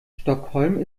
stockholm